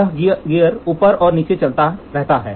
यह गियर ऊपर और नीचे चलता रहता है